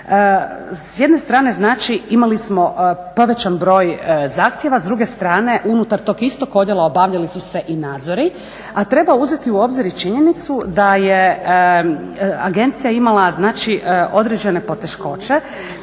S jedne strane znači imali smo povećan broj zahtjeva, s druge strane unutar tog istog odjela obavljali su se i nadzori, a treba uzeti u obzir i činjenicu da je agencija imala znači određene poteškoće